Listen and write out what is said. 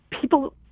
people